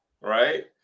right